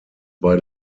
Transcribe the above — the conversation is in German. bei